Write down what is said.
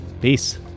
peace